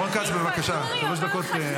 רון כץ, בבקשה, שלוש דקות.